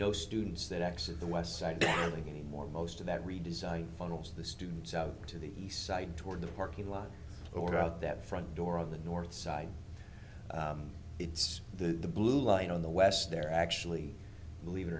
no students that actually the west side dabbling any more most of that redesign funnels the students out to the east side toward the parking lot or out that front door of the north side it's the blue line on the west there actually believe it